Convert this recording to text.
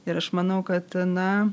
ir aš manau kad na